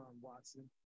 Watson